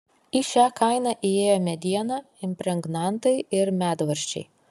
į šią kainą įėjo mediena impregnantai ir medvaržčiai